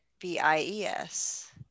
b-i-e-s